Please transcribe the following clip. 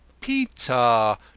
Peter